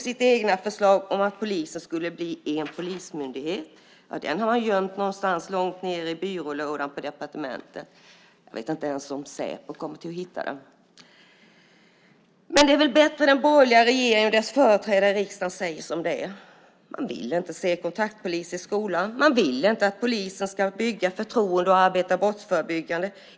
Det egna förslaget att polisen skulle bli en polismyndighet har man gömt någonstans lång ned i byrålådan på departementet. Jag vet inte ens om Säpo hittar den. Men det är väl bättre att den borgerliga regeringen och dess företrädare i regeringen säger som det är. Man vill inte se kontaktpoliser i skolan. Man vill inte att polisen ska bygga förtroende och arbeta brottsförebyggande.